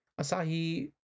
Asahi